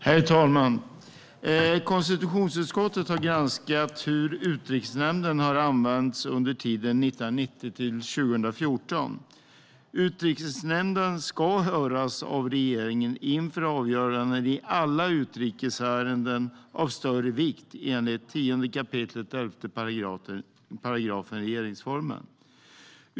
Herr talman! Konstitutionsutskottet har granskat hur Utrikesnämnden har använts under tiden 1990-2014. Utrikesnämnden ska höras av regeringen inför avgöranden i alla utrikesärenden av större vikt, enligt 10 kap. 11 § regeringsformen.